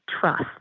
trust